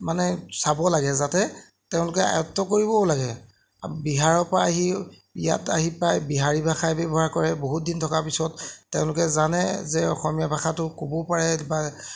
মানে চাব লাগে যাতে তেওঁলোকে আয়ত্ব কৰিবও লাগে বিহাৰৰ পৰা আহি ইয়াত আহি পাই বিহাৰী ভাষাই ব্যৱহাৰ কৰে বহুতদিন থকাৰ পিছত তেওঁলোকে জানে যে অসমীয়া ভাষাটো ক'বও পাৰে বা